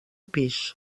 pis